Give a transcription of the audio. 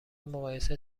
مقایسه